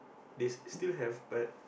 they still have a